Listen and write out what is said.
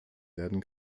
werden